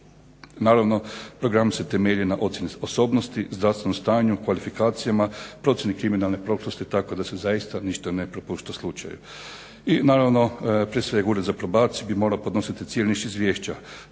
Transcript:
Naravno program se temelji na ocjeni sposobnosti, zdravstvenom stanju, kvalifikacijama, protiv kriminalne prošlosti tako da se zaista ništa ne prepušta slučaju. I naravno prije svega Ured za probaciju bi morao podnositi cijeli niz izvješća